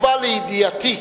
הובא לידיעתי,